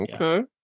Okay